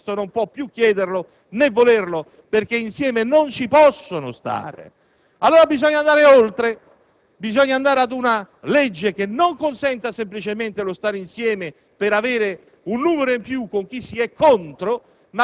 e più che mai oggi il centro-sinistra sa che questo non può più chiederlo né volerlo, perché insieme non ci possono stare. Allora, bisogna andare oltre. Bisogna pervenire ad una legge che non consenta semplicemente di stare insieme per avere